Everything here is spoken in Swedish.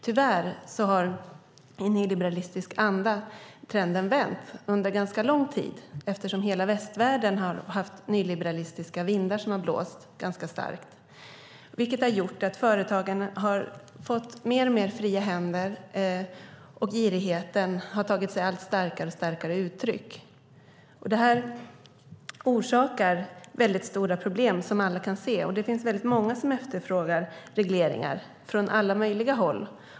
Tyvärr vände trenden i en nyliberalistisk anda för ganska länge sedan, eftersom hela västvärlden haft nyliberalistiska vindar som blåst ganska starkt, vilket har gjort att företagarna har fått mer och mer fria händer. Girigheten har tagit sig allt starkare uttryck. Detta orsakar mycket stora problem som alla kan se. Det finns väldigt många som efterfrågar regleringar från alla möjliga håll.